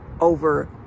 over